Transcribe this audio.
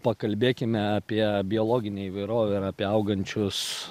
pakalbėkime apie biologinę įvairovę ir apie augančius